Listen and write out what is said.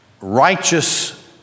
righteous